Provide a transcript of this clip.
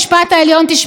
תשמעו מה זה,